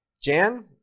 Jan